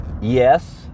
yes